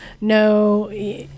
no